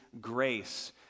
grace